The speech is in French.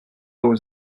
aux